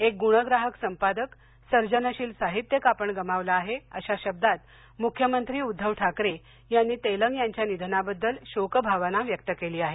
एक ग्णग्राहक संपादक सर्जनशील साहित्यिक आपण गमावला आहे अशा शब्दात मुख्यमंत्री उद्धव ठाकरे यांनी तेलंग यांच्या निधनाबद्दल शोक व्यक्त केला आहे